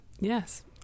yes